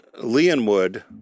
Leonwood